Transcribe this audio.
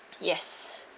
yes